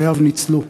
חייו ניצלו.